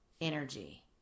energy